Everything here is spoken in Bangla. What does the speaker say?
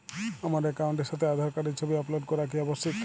আমার অ্যাকাউন্টের সাথে আধার কার্ডের ছবি আপলোড করা কি আবশ্যিক?